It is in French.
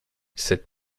cette